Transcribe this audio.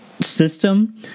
system –